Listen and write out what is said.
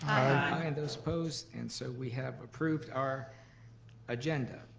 i, and those opposed, and so we have approved our agenda.